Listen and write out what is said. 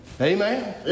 Amen